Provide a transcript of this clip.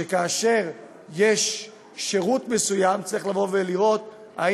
שכאשר יש שירות מסוים צריך לראות אם